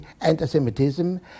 antisemitism